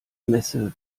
messe